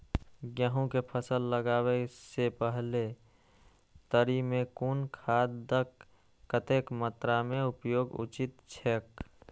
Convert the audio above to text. गेहूं के फसल लगाबे से पेहले तरी में कुन खादक कतेक मात्रा में उपयोग उचित छेक?